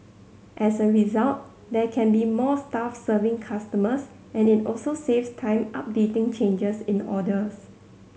as a result there can be more staff serving customers and it also saves time updating changes in orders